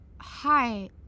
Hi